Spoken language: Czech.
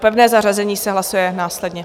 Pevné zařazení se hlasuje následně.